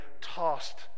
tossed